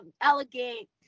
elegant